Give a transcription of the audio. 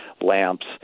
lamps